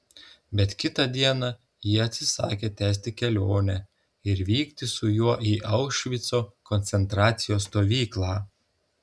bet kitą dieną ji atsisakė tęsti kelionę ir vykti su juo į aušvico koncentracijos stovyklą